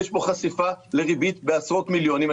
יש פה חשיפה לריבית בעשרות מיליונים.